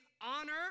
honor